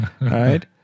right